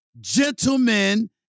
gentlemen